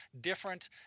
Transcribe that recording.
different